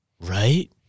right